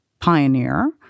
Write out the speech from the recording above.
pioneer